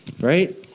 right